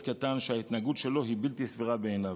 קטן שההתנהגות שלו היא בלתי סבירה בעיניו.